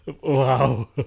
Wow